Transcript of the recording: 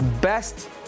best